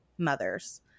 mothers